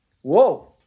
Whoa